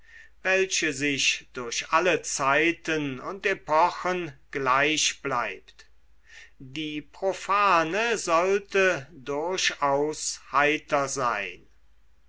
welche sich durch alle zeiten und epochen gleich bleibt die profane sollte durchaus heiter sein